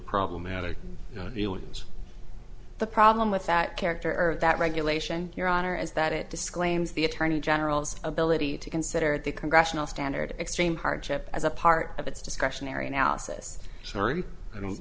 problematic dealings the problem with that character that regulation your honor is that it disclaims the attorney general's ability to consider the congressional standard extreme hardship as a part of its discretionary analysis